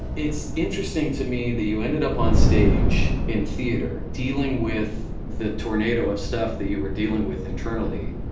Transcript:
it's interesting to me that you ended up on stage in theater, dealing with the tornado of stuff that you were dealing with internally,